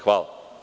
Hvala.